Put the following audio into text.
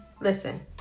listen